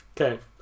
okay